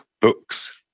books